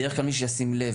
בדרך כלל מי שישים לב,